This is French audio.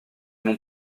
mon